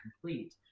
complete